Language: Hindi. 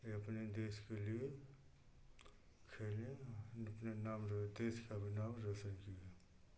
यह अपने देश के लिए खेलें इन्होंने अपने नाम रो देश का भी नाम रोशन किए हैं